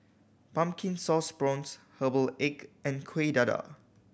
Pumpkin Sauce Prawns herbal egg and Kueh Dadar